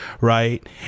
right